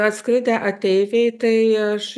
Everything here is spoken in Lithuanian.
atskridę ateiviai tai aš